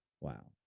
Wow